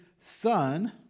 Son